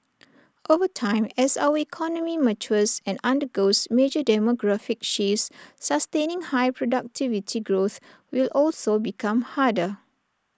over time as our economy matures and undergoes major demographic shifts sustaining high productivity growth will also become harder